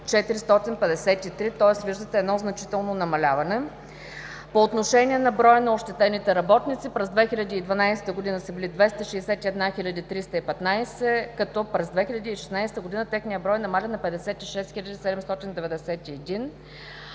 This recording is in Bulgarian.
453, тоест виждате едно значително намаляване. По отношение на броя на ощетените работници – през 2012 г. са били 261 хил. 315, като през 2016 г. техният брой намаля на 56 хил.